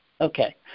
okay